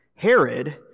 Herod